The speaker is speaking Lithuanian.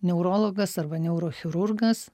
neurologas arba neurochirurgas